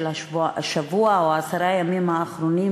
של השבוע או עשרת הימים האחרונים,